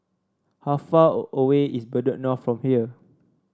how far away is Bedok North from here